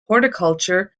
horticulture